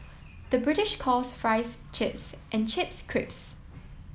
the British calls fries chips and chips crisps